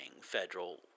federal